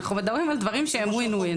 אנחנו מדברים על דברים שהם win win.